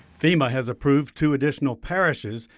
fema has approved two additional parishes,